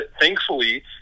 Thankfully